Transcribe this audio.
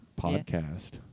podcast